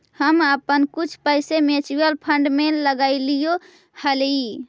हम अपन कुछ पैसे म्यूचुअल फंड में लगायले हियई